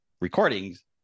recordings